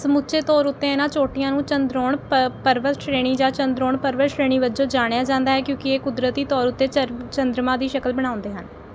ਸਮੁੱਚੇ ਤੌਰ ਉੱਤੇ ਇਨ੍ਹਾਂ ਚੋਟੀਆਂ ਨੂੰ ਚੰਦ੍ਰੋਣ ਪ ਪਰਵਤ ਸ਼੍ਰੇਣੀ ਜਾਂ ਚੰਦ੍ਰੋਣ ਪਰਬਤ ਸ਼੍ਰੇਣੀ ਵਜੋਂ ਜਾਣਿਆ ਜਾਂਦਾ ਹੈ ਕਿਉਂਕਿ ਇਹ ਕੁਦਰਤੀ ਤੌਰ ਉੱਤੇ ਚਰਬ ਚੰਦਰਮਾ ਦੀ ਸ਼ਕਲ ਬਣਾਉਂਦੇ ਹਨ